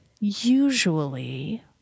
usually